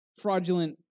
fraudulent